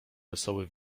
wesoły